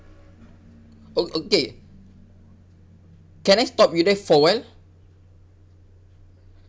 o~ okay can I stop with that for awhile